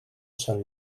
sant